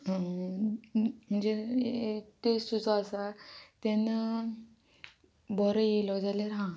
म्हणजे टेस्ट जो आसा तेन्ना बरो येयलो जाल्यार हां